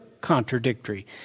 contradictory